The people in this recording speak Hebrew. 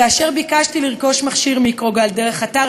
כאשר ביקשתי לרכוש מכשיר מיקרוגל דרך אתר